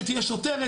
שתהיה שוטרת,